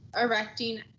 erecting